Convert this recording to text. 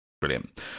Brilliant